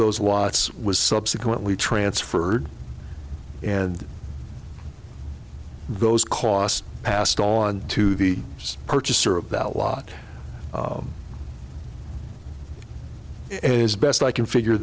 those watts was subsequently transferred and those costs passed on to the purchaser of that lot as best i can figure